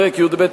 פרק י"ב,